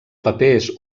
papers